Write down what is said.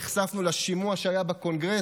נחשפנו לשימוע שהיה בקונגרס,